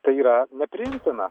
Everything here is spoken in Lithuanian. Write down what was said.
tai yra nepriimtina